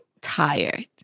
tired